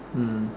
mm